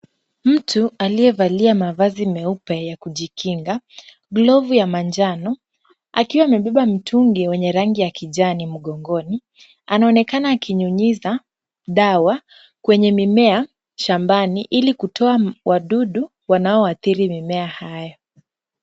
Mtu aliyevaa mavazi meupe ya kijikinga glovu ya manjano akiwa amebeba mtungi wenye rangi ya kijani mgongoni anaonekana akinyunyiza dawa kwenye mimea shambani ili kutoa wadudu wanaoathiri mimea hayo.